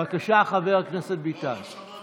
בבקשה, חבר הכנסת ביטן.